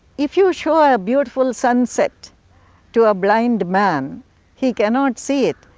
if you show ah a beautiful sunset to a blind man he cannot see it,